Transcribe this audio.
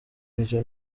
iryo